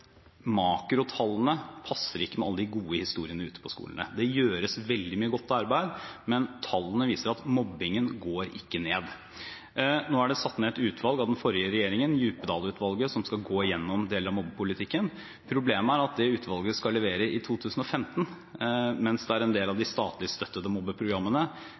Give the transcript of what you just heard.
makrotallene ikke passer med alle de gode historiene ute på skolene. Det gjøres veldig mye godt arbeid, men tallene viser at mobbingen ikke går ned. Nå er det satt ned et utvalg av den forrige regjeringen – Djupedal-utvalget – som skal gå gjennom deler av mobbepolitikken. Problemet er at det utvalget skal levere i 2015, mens det er en del av de statlig støttede